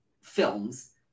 films